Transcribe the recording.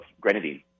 grenadine